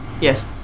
Yes